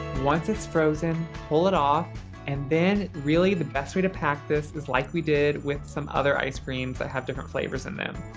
once it's frozen, pull it off and then really the best way to pack this is like we did with some other ice creams that have different flavors in them.